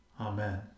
Amen